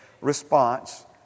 response